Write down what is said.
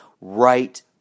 right